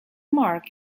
mark